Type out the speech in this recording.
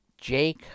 Jake